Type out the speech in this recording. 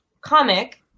comic